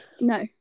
No